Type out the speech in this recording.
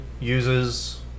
uses